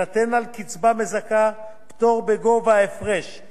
פטור בגובה ההפרש בין השיעורים החדשים